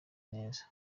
neza